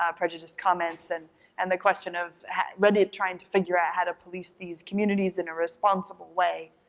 ah prejudiced comments, and and the question of reddit trying to figure out how to police these communities in a responsible way.